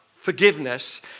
forgiveness